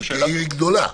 כי היא גדולה.